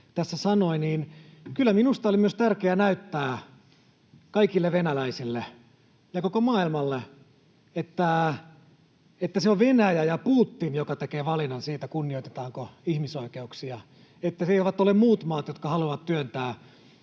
tässä sanoi, kyllä minusta oli myös tärkeää näyttää kaikille venäläisille ja koko maailmalle, että se on Venäjä ja Putin, joka tekee valinnan siitä, kunnioitetaanko ihmisoikeuksia — että ne eivät ole muut maat, jotka haluavat työntää